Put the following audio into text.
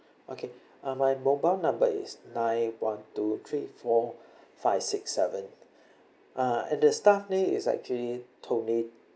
okay uh my mobile number is nine one two three four five six seven uh and the staff name is actually tony